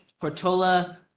Portola